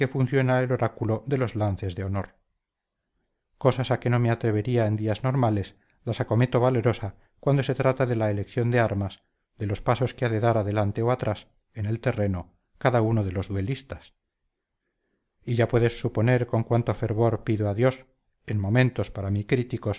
funciona el oráculo de los lances de honor cosas a que no me atrevería en días normales las acometo valerosa cuando se trata de la elección de armas de los pasos que ha de dar adelante o atrás en el terreno cada uno de los duelistas y ya puedes suponer con cuánto fervor pido a dios en momentos para mí críticos